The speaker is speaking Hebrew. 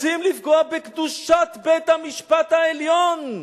רוצים לפגוע בקדושת בית-המשפט העליון.